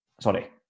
sorry